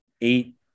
eight